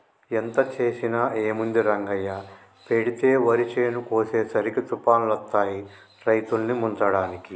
ఎంత చేసినా ఏముంది రంగయ్య పెతేడు వరి చేను కోసేసరికి తుఫానులొత్తాయి రైతుల్ని ముంచడానికి